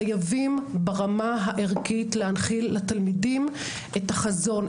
חייבים ברמה הערכית להנחיל לתלמידים את החזון,